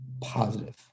positive